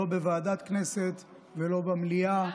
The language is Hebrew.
לא בוועדת כנסת ולא במליאה.